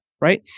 right